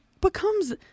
becomes